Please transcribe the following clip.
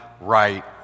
right